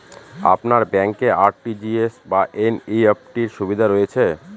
আপনার ব্যাংকে আর.টি.জি.এস বা এন.ই.এফ.টি র সুবিধা রয়েছে?